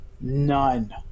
none